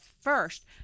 first